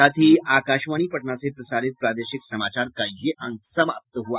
इसके साथ ही आकाशवाणी पटना से प्रसारित प्रादेशिक समाचार का ये अंक समाप्त हुआ